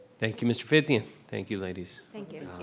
thank you, mr. phythian. thank you, ladies. thank you.